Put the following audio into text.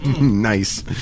nice